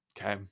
okay